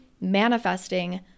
manifesting